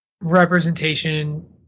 representation